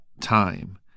time